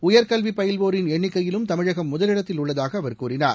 உயர்கல்வி பயில்வோரின் எண்ணிக்கையிலும் தமிழகம் முதலிடத்தில் உள்ளதாக அவர் கூறினார்